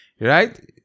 Right